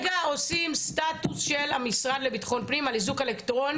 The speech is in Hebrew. אנחנו כרגע עושים סטטוס של המשרד לביטחון פנים על איזוק אלקטרוני,